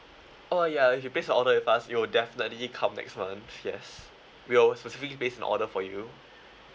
oh yeah if you place a order with us it will definitely come next month yes we'll specifically place an order for you